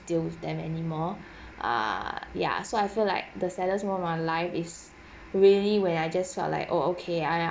deal with them anymore ah ya so I feel like the saddest moment my life is really where I just felt like okay I